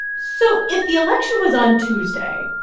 so if the election was on tuesday,